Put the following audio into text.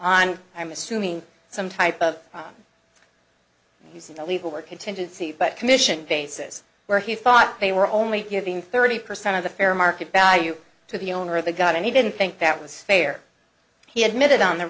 on i'm assuming some type of you see the legal work contingency but commission basis where he thought they were only giving thirty percent of the fair market value to the owner of the gun and he didn't think that was fair he admitted on the